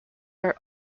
are